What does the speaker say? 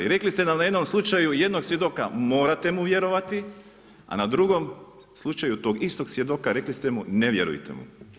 Rekli ste nam na jednom slučaju, jednog svjedoka morate mu vjerovati, a na drugom, slučaju tog istog svjedoka, rekli ste mu ne vjerujte mu.